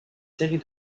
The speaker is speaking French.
série